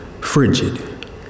frigid